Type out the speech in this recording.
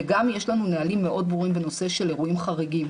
וגם יש לנו נהלים מאוד ברורים בנושא של אירועים חריגים.